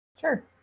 Sure